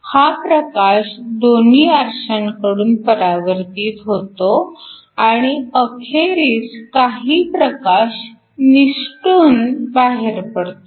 हा प्रकाश दोन्ही आरशांकडून परावर्तित होतो आणि अखेरीस काही प्रकाश निसटून बाहेर पडतो